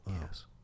Yes